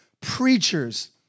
Preachers